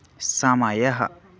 समयः